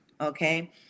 okay